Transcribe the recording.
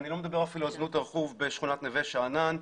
אני לא מדבר אפילו על זנות הרחוב בשכונת נווה שאנן.